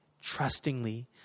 trustingly